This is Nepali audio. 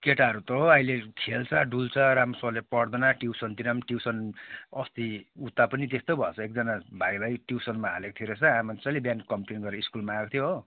केटाहरू त हो अहिले खेल्छ डुल्छ राम्रोसँगले पढ्दैन ट्युसनतिर पनि ट्युसन अस्ति उता पनि त्यस्तै भएछ एकजना भाइलाई ट्युसनमा हालेको थियो रहेछ आमाचाहिँले बिहान कम्प्लेन गर्नु स्कुलमा आएको थियो हो